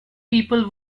people